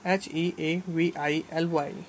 heavily